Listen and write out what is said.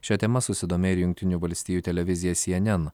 šia tema susidomėjo ir jungtinių valstijų televizija sy en en